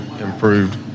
improved